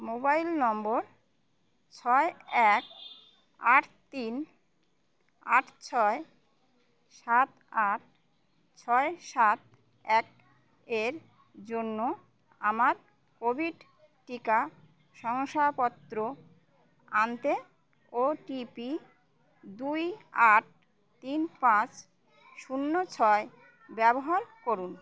mobile নম্বর ছয় এক আট তিন আট ছয় সাত আট ছয় সাত এক এর জন্য আমার কোভিড টিকা শংসাপত্র আনতে ওটিপি দুই আট তিন পাঁচ শূন্য ছয় ব্যবহার করুন